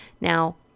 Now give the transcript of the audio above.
Now